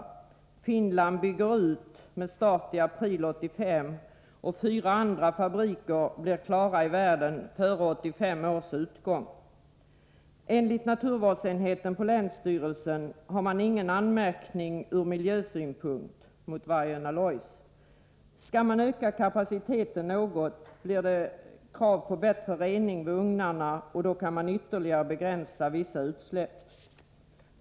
I Finland bygger man ut, med start i april 1985, och fyra andra fabriker blir klara i världen före 1985 års utgång. Enligt naturvårdsenheten på länsstyrelsen har man ingen anmärkning ur miljösynpunkt mot Vargön Alloys. Skall man öka kapaciteten något blir det krav på bättre rening vid ugnarna, och då kan man ytterligare begränsa vissa utsläpp.